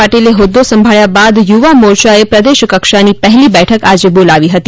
પાટિલે હોદ્દો સંભાળ્યા બાદ યુવા મોરચાએ પ્રદેશ કક્ષાની પહેલી બેઠક આજે બોલાવી હતી